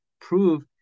prove